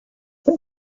for